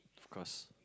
of course